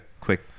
quick